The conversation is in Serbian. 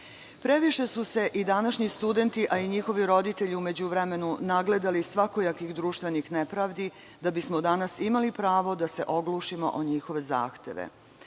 su se današnji studenti, a i njihovi roditelji u međuvremenu nagledali svakojakih društvenih nepravdi da bismo danas imali pravo da se oglušimo o njihove zahteve.